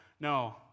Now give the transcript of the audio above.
No